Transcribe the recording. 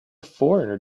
foreigner